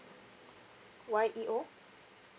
Y E O